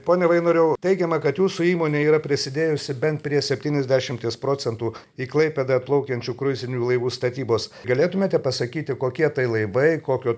pone vainoriau teigiama kad jūsų įmonė yra prisidėjusi bent prie septyniasdešimties procentų į klaipėdą atplaukiančių kruizinių laivų statybos galėtumėte pasakyti kokie tai laivai kokio